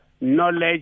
knowledge